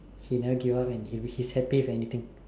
she never give up and she's happy anything